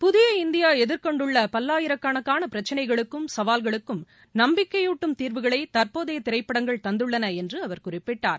புதிய இந்தியா எதிர்கொண்டுள்ள பல்லாயிரக்கணக்கான பிரச்சினைகளுக்கும் சவால்களுக்கும் நம்பிக்கையூட்டும் தீர்வுகளை தற்போதைய திரைப்படங்கள் தந்துள்ளன என்று அவர் குறிப்பிட்டார்